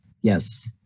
Yes